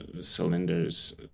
cylinders